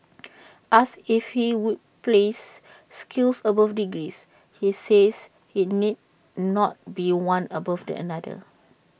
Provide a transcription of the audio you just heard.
asked if he would place skills above degrees he says IT need not be one above the another